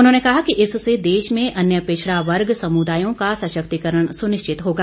उन्होंने कहा कि इससे देश में अन्य पिछड़ा वर्ग समुदायों का सशक्तिकरण सुनिश्चित होगा